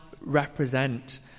represent